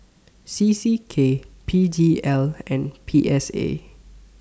C C K P D L and P S A